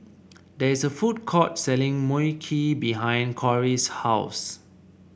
there is a food court selling Mui Kee behind Cori's house